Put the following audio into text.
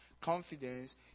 confidence